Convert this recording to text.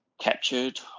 captured